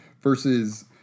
versus